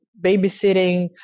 babysitting